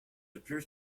appears